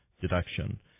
deduction